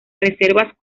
reservas